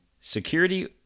Security